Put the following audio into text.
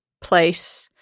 place